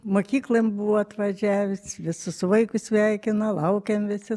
mokyklon buvo atvažiavęs visus vaikus sveikino laukėm visi